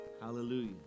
Hallelujah